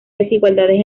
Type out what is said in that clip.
desigualdades